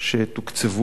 שתוקצבו,